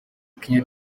kenya